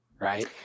right